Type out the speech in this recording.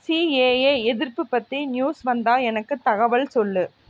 CAA எதிர்ப்பு பற்றி news வந்தால் எனக்குத் தகவல் சொல்